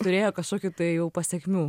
turėjo kažkokių tai jau pasekmių